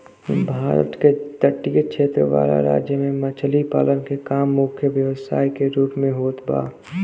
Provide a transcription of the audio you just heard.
भारत के तटीय क्षेत्र वाला राज्य में मछरी पालन के काम मुख्य व्यवसाय के रूप में होत बा